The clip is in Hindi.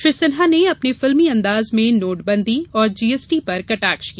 श्री सिन्हा ने अपने फिल्मी अंदाज में नोटबंदी में और जीएसटी पर कटाक्ष किया